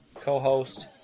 co-host